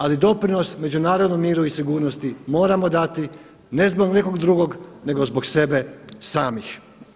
Ali doprinos međunarodnom miru i sigurnosti moramo dati ne zbog nekog drugog, nego zbog sebe samih.